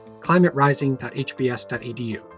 climaterising.hbs.edu